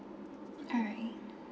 alright